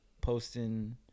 posting